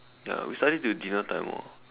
ya we study till dinner time orh